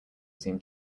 seem